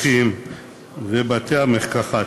והרוקחים ובתי-המרקחת,